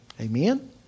Amen